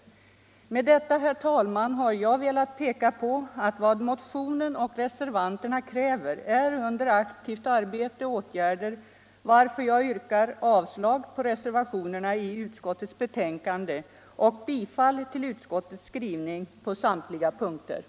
Med detta, herr talman, har jag velat framhålla att vad motionärerna och reservanterna kräver är föremål för aktivt arbete och åtgärder, varför jag yrkar bifall till utskottets skrivning på samtliga punkter, innebärande avslag på reservationerna.